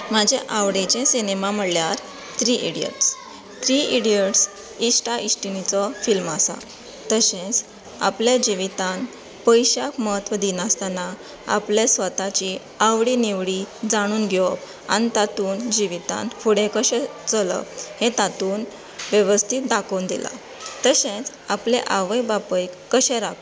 म्हजें आवडीचें सिनेमा म्हणल्यार थ्री इडयट्स थ्री इडयट्स इश्टा इश्टिणीचें फिल्म आसा तशेंच आपल्या जिवितांत पयशाक म्हत्व दिनासतना आपल्या स्वताची आवडी निवडी जाणून घेवप आनी तातूंत जिवितांत फुडें कशें चलप हें तातूंत वेवस्थीत दाखोवन दिला तशेंच आपले आवय बापयक कशें राखप